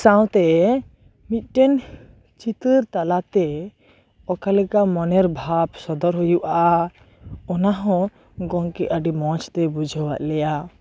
ᱥᱟᱶᱛᱮ ᱢᱤᱫᱴᱮᱱ ᱪᱤᱛᱟᱹᱨ ᱛᱟᱞᱟᱛᱮ ᱚᱠᱟ ᱞᱮᱠᱟ ᱢᱚᱱᱮᱨ ᱵᱷᱟᱵ ᱥᱚᱫᱚᱨ ᱦᱩᱭᱩᱜᱼᱟ ᱚᱱᱟ ᱦᱚᱸ ᱜᱚᱢᱠᱮ ᱟᱹᱰᱤ ᱢᱚᱡᱽ ᱛᱮ ᱵᱩᱡᱷᱟᱹᱣᱟᱜ ᱞᱮᱭᱟ